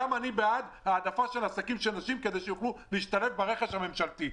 גם אני בעד העדפה של עסקים של נשים כדי שיוכלו להשתלב ברכש הממשלתי.